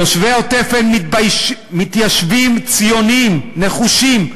תושבי העוטף הם מתיישבים ציוניים נחושים,